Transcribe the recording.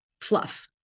fluff